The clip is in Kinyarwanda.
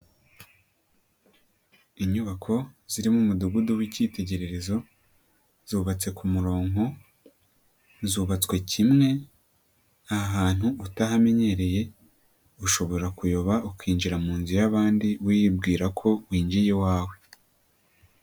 Inyubako zirimo umudugudu w'ikitegererezo zubatse ku murongo, zubatswe kimwe ni ahantu utahamenyereye ushobora kuyoba ukinjira mu nzu y'abandi, wibwira ko winjiye iwawe.